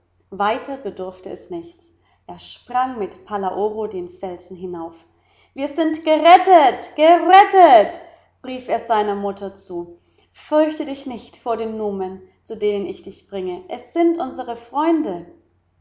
weiter bedurfte es nichts er sprang mit palaoro den felsen hinauf wir sind gerettet gerettet rief er seiner mutter zu fürchte dich nicht vor den numen zu denen ich dich bringe es sind unsre freunde